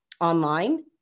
online